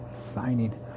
signing